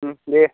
दे